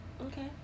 Okay